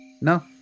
No